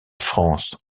france